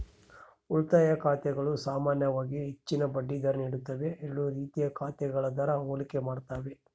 ಉಳಿತಾಯ ಖಾತೆಗಳು ಸಾಮಾನ್ಯವಾಗಿ ಹೆಚ್ಚಿನ ಬಡ್ಡಿ ದರ ನೀಡುತ್ತವೆ ಎರಡೂ ರೀತಿಯ ಖಾತೆಗಳ ದರ ಹೋಲಿಕೆ ಮಾಡ್ತವೆ